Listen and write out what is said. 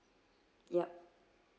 yup